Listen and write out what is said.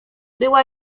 była